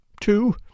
two